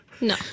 No